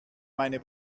meine